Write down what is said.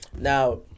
Now